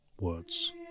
words